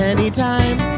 Anytime